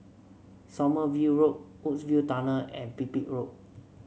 Sommerville Road Woodsville Tunnel and Pipit Road